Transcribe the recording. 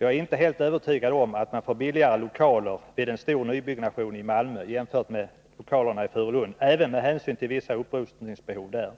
Jag är inte helt övertygad om att man får billigare lokaler vid en stor nybyggnation i Malmö jämfört med vad som är fallet med lokalerna i Furulund. Detta gäller även när hänsyn tas till vissa upprustningsbehov där.